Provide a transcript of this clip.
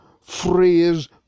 phrase